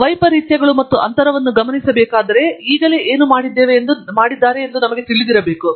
ಮತ್ತು ವೈಪರೀತ್ಯಗಳು ಮತ್ತು ಅಂತರವನ್ನು ಗಮನಿಸಬೇಕಾದರೆ ಈಗಲೇ ಏನು ಮಾಡಿದೆ ಎಂದು ನಮಗೆ ತಿಳಿದಿರಬೇಕು